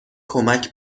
کمک